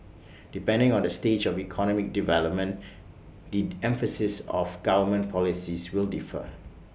depending on the stage of economic development the emphasis of government policies will differ